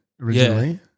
originally